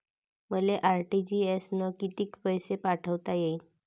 मले आर.टी.जी.एस न कितीक पैसे पाठवता येईन?